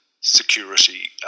security